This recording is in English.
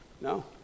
No